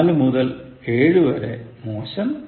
4 മുതൽ 7 വരെ മോശം